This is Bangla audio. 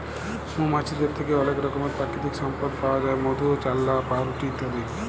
মমাছিদের থ্যাকে অলেক রকমের পাকিতিক সম্পদ পাউয়া যায় মধু, চাল্লাহ, পাউরুটি ইত্যাদি